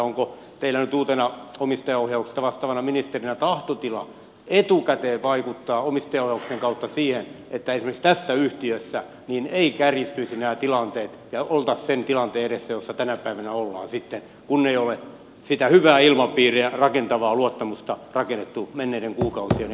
onko teillä nyt uutena omistajaohjauksesta vastaavana ministerinä tahtotila etukäteen vaikuttaa omistajaohjauksen kautta siihen että esimerkiksi tässä yhtiössä eivät kärjistyisi nämä tilanteet ja oltaisi sen tilanteen edessä jossa tänä päivänä ollaan kun ei ole sitä hyvää ilmapiiriä rakentavaa luottamusta rakennettu menneiden kuukausien ja vuosien aikana